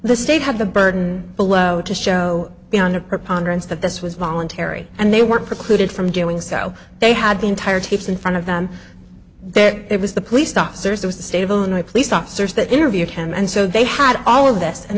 the state had the burden below to show beyond a preponderance that this was voluntary and they were precluded from doing so they had the entire tapes in front of them that it was the police officers it was the state of illinois police officers that interviewed him and so they had all of this and